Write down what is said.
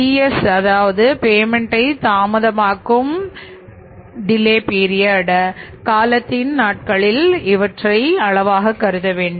Ts payment தாமதமாகும் காலத்தின் நாட்களில் அளவாகும்